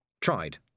Tried